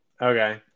Okay